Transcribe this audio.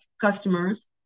customers